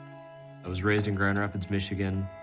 i was raised in grand rapids, michigan.